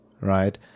right